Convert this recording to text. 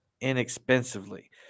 inexpensively